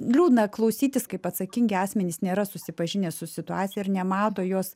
liūdna klausytis kaip atsakingi asmenys nėra susipažinę su situacija ir nemato jos